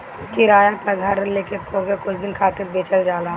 किराया पअ घर लेके ओके कुछ दिन खातिर बेचल जाला